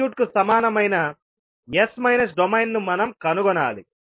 సర్క్యూట్కు సమానమైన S minus డొమైన్ను మనం కనుగొనాలి